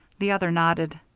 the other nodded.